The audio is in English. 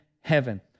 heaven